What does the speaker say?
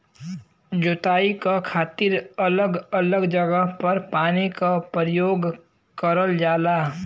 जोताई क खातिर अलग अलग जगह पर पानी क परयोग करल जाला